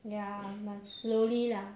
ya must slowly lah